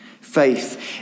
Faith